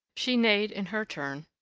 she neighed in her turn,